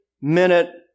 minute